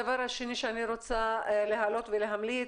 הדבר השני שאני רוצה להעלות ולהמליץ,